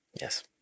Yes